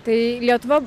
tai lietuva